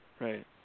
right